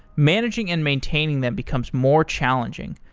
managing and maintaining them becomes more challenging.